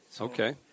Okay